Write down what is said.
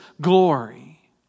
glory